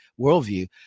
worldview